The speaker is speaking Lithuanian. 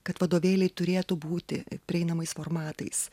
kad vadovėliai turėtų būti prieinamais formatais